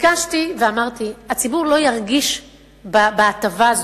ביקשתי ואמרתי: הציבור לא ירגיש בהטבה הזאת,